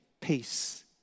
peace